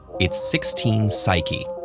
it's sixteen psyche,